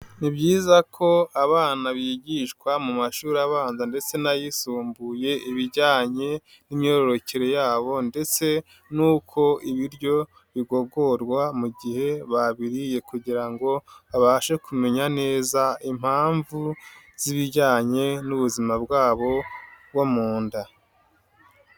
Ni byiza ko abana bigishwa mu mashuri abanza ndetse n'ayisumbuye ibijyanye n'imyororokere yabo ndetse n'uko ibiryo bigogorwa mu gihe babiriye kugira ngo babashe kumenya neza impamvu z'ibijyanye n'ubuzima bwabo bwo mu nda.